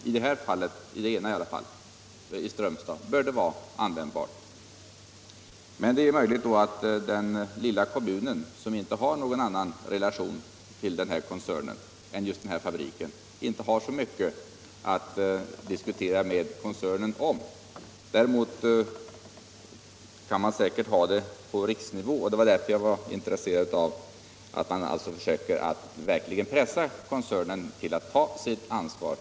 I det fall som gäller Strömstad bör det vara användbart, men det är möjligt att den lilla kommunen som inte har någon annan relation till koncernen än just den här fabriken inte har så mycket att diskutera med koncernen om. Däremot kan man säkert diskutera med den på riksnivå, och det var därför jag var intresserad av att höra att man försöker pressa koncernen till att ta sitt ansvar.